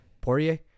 Poirier